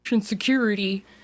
security